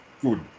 good